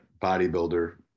bodybuilder